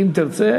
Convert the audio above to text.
אם תרצה,